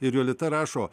ir jolita rašo